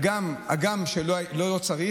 הגם שלא צריך,